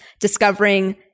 discovering